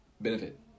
benefit